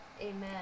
Amen